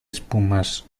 espumas